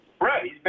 Right